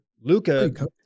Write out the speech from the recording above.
Luca